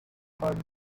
heard